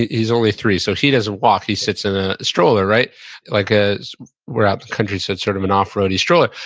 he's only three, so, he doesn't walk, he sits in a stroller. like, ah we're up country, so, it's sort of an off road, his stroller.